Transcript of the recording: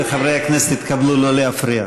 וחברי הכנסת יתכבדו לא להפריע.